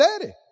daddy